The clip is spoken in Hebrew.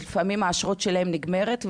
לפעמים האשרות שלהם נגמרות,